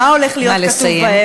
מה הולך להיות כתוב בהם?